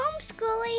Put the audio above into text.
homeschooling